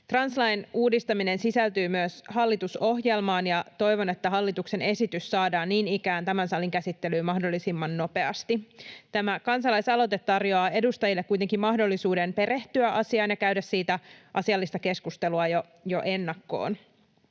Translain uudistaminen sisältyy myös hallitusohjelmaan, ja toivon, että hallituksen esitys saadaan niin ikään tämän salin käsittelyyn mahdollisimman nopeasti. Tämä kansalaisaloite tarjoaa edustajille kuitenkin mahdollisuuden perehtyä asiaan ja käydä siitä asiallista keskustelua jo ennakkoon.